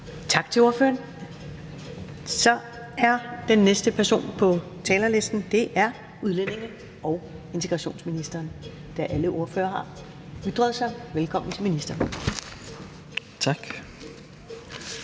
Tak til ordføreren. Så er den næste på talerlisten udlændinge- og integrationsministeren, da alle ordførere har ytret sig. Velkommen til ministeren. Kl.